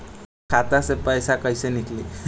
खाता से पैसा कैसे नीकली?